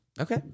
Okay